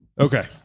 okay